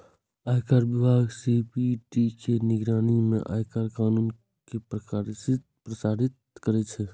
आयकर विभाग सी.बी.डी.टी के निगरानी मे आयकर कानून कें प्रशासित करै छै